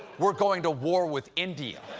we're going to war with india.